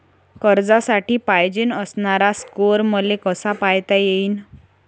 कर्जासाठी पायजेन असणारा स्कोर मले कसा पायता येईन?